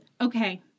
okay